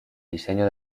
diseño